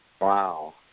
Wow